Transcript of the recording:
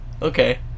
Okay